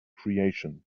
creation